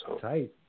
Tight